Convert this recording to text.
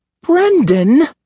Brendan